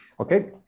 Okay